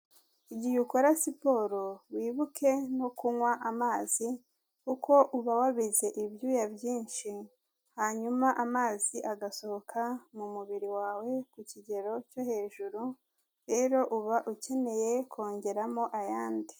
Igihe ukora siporo wibuke no kunywa amazi kuko uba wabize ibyuya byinshi, hanyuma amazi agasohoka mu mubiri wawe ku kigero cyo hejuru rero uba ukeneye kongeramo ayandi.